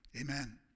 amen